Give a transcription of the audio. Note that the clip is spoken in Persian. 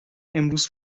امروز